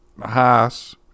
Haas